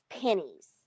pennies